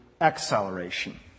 acceleration